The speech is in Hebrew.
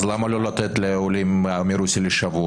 אז למה לא לתת לעולים מרוסיה לשבוע,